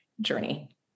journey